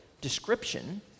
description